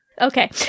okay